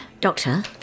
Doctor